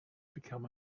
become